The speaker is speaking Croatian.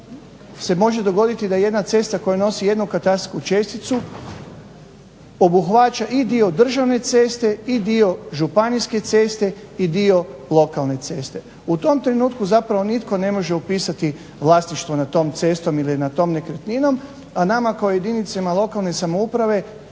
se može dogoditi da jedna cesta koja nosi jednu katastarsku česticu obuhvaća i dio državne ceste i dio županijske ceste i dio lokalne ceste. U tom trenutku zapravo nitko ne može upisati vlasništvo nad tom cestom ili nad tom nekretninom, a nama kao jedinicama lokalne samouprave,